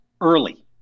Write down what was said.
early